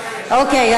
אוקיי.